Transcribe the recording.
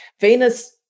Venus